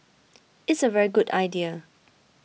it's a very good idea